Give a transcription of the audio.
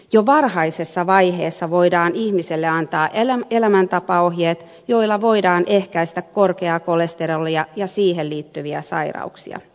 jo varhaisessa vaiheessa voidaan ihmiselle antaa elämäntapaohjeet joilla voidaan ehkäistä korkeaa kolesterolia ja siihen liittyviä sairauksia